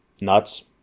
nuts